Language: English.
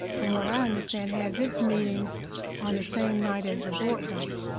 from what i understand, has its meetings on the same night as the board nights.